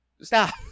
Stop